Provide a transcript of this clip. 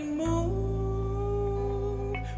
move